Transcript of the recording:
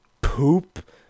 Poop